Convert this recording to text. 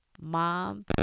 mom